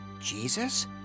Jesus